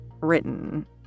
written